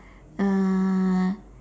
uh